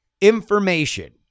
information